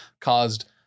caused